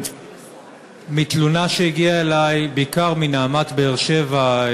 מתלונה שהגיעה אלי בעיקר מ"נעמת" באר-שבע,